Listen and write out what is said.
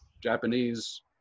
Japanese